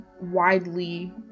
widely